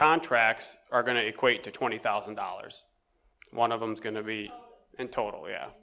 contracts are going to equate to twenty thousand dollars one of them's going to be in total yeah